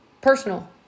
Personal